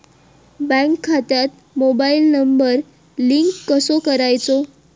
Bank खात्यात mobile number link कसो करायचो?